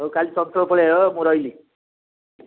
ହଉ କାଲି ଚଞ୍ଚଳ ପଳେଇଆସିବ ମୁଁ ରହିଲି